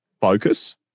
focus